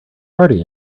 party